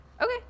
Okay